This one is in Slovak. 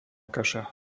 kaša